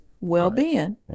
well-being